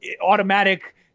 automatic